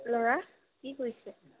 ল'ৰা কি কৰিছে